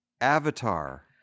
Avatar